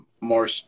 more